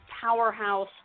powerhouse